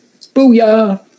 booyah